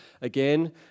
again